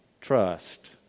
Trust